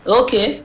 okay